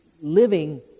living